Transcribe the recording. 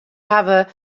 hawwe